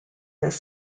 this